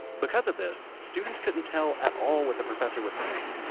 because of this, students couldn't tell at all what the professor was saying.